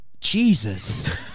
Jesus